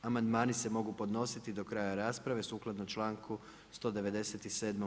Amandmani se mogu podnositi do kraja rasprave sukladno članku 197.